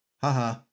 haha